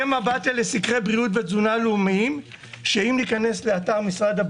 אז למה לא מיסו אותו יותר?